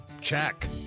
Check